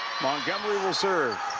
montgomery will serve.